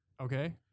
Okay